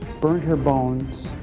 burned her bones.